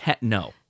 No